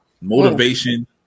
motivation